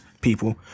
people